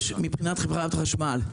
מבחינת חברת החשמל,